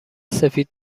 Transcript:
سفید